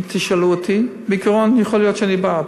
אם תשאלו אותי בעיקרון, יכול להיות שאני בעד.